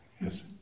Yes